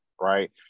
right